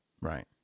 Right